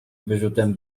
wyrzutem